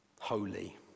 holy